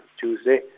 Tuesday